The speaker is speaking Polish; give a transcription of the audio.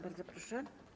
Bardzo proszę.